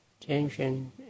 tension